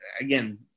again